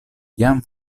jam